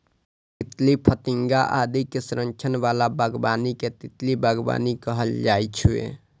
तितली, फतिंगा आदि के संरक्षण बला बागबानी कें तितली बागबानी कहल जाइ छै